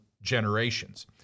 generations